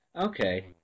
Okay